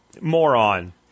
moron